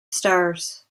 stars